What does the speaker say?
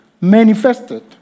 manifested